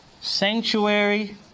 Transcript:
Sanctuary